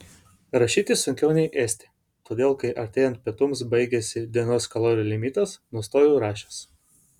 rašyti sunkiau nei ėsti todėl kai artėjant pietums baigiasi dienos kalorijų limitas nustoju rašęs